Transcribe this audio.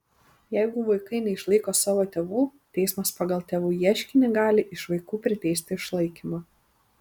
jeigu vaikai neišlaiko savo tėvų teismas pagal tėvų ieškinį gali iš vaikų priteisti išlaikymą